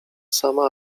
sama